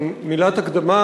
מילת הקדמה,